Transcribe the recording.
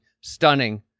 stunning